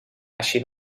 així